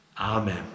Amen